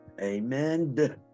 Amen